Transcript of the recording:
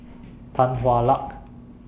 Tan Hwa Luck